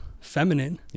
feminine